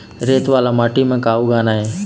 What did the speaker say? रेत वाला माटी म का का उगाना ये?